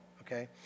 okay